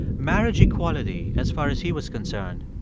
marriage equality, as far as he was concerned,